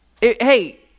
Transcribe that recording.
hey